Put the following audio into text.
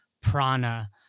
Prana